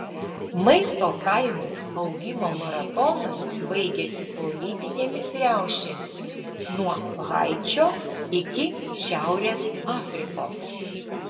maisto kainų augimo maratonas baigėsi politinėmis riaušėmis nuo haičio iki šiaurės afrikos